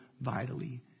vitally